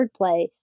wordplay